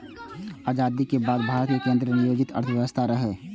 आजादीक बाद भारत मे केंद्र नियोजित अर्थव्यवस्था रहै